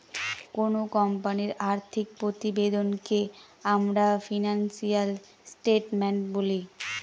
কোনো কোম্পানির আর্থিক প্রতিবেদনকে আমরা ফিনান্সিয়াল স্টেটমেন্ট বলি